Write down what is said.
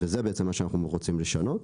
זה בעצם מה שאנחנו רוצים לשנות,